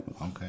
Okay